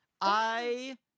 I-